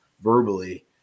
verbally